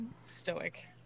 stoic